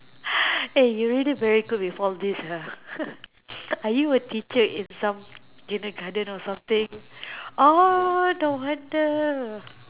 eh you really very good with all these ya are you a teacher in some kindergarten or something orh no wonder